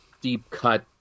deep-cut